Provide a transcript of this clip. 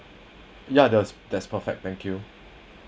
ya that's that's perfect thank you